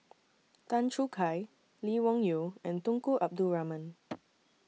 Tan Choo Kai Lee Wung Yew and Tunku Abdul Rahman